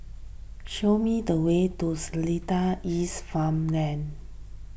show me the way to Seletar East Farmway